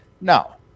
Now